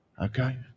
Okay